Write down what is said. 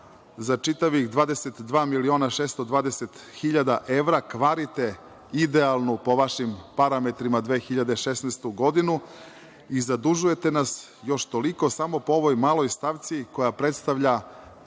za čitavih 22 miliona 620 hiljada evra kvarite idealnu, po vašim parametrima 2016. godinu, i zadužujete nas još toliko samo po ovoj maloj stavci koja predstavlja